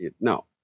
no